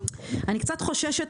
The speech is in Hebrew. אני קצת חוששת